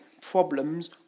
problems